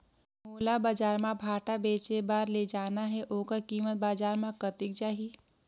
मोला बजार मां भांटा बेचे बार ले जाना हे ओकर कीमत बजार मां कतेक जाही?